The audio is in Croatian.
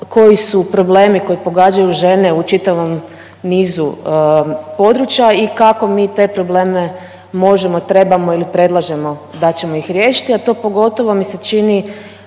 koji su problemi koji pogađaju žene u čitavom nizu područja i kako mi te probleme možemo, trebamo ili predlažemo da ćemo ih riješiti, a to pogotovo mi se čini